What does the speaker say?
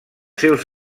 seus